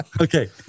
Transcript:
okay